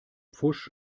pfusch